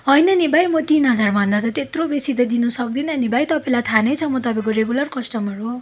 होइन नि भाइ म तिन हजारभन्दा त त्यत्रो बेसी त दिनु सक्दिनँ नि भाइ तपाईँलाई थाहा नै छ म तपाईँको रेगुलर कस्टमर हो